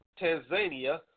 Tanzania